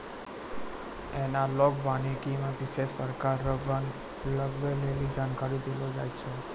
एनालाँक वानिकी मे विशेष प्रकार रो वन लगबै लेली जानकारी देलो जाय छै